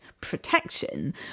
protection